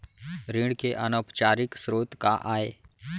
ऋण के अनौपचारिक स्रोत का आय?